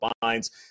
binds